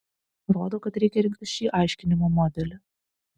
rodo kad reikia rinktis šį aiškinimo modelį